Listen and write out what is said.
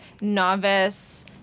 novice